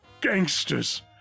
gangsters